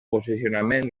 posicionament